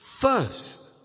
First